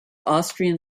austrian